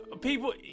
People